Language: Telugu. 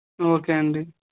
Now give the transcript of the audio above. ఓకే అండి